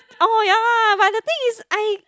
oh yea but the thing is I